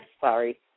Sorry